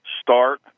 start